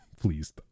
Please